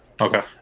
Okay